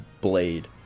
blade